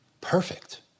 perfect